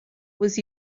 was